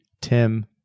Tim